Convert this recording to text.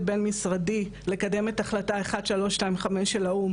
בין-משרדי לקדם את החלטה 1325 של האו"ם,